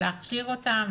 להכשיר אותם,